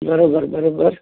बरोबरु बरोबरु